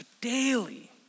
daily